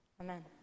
Amen